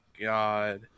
god